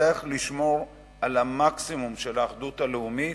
נצטרך לשמור על המקסימום של האחדות הלאומית,